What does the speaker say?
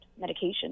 medication